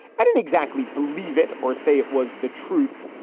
i didn't exactly believe it or say it was the truth,